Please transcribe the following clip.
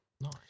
nice